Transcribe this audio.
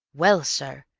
well, sir,